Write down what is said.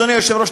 אדוני היושב-ראש,